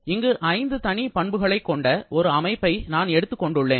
இங்கு ஐந்து தனி பண்புகளை கொண்ட ஒரு அமைப்பை நான் எடுத்துக்கொண்டுள்ளேன்